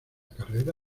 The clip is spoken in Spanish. carrera